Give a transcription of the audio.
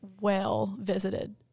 well-visited